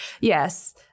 Yes